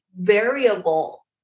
variable